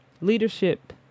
leadership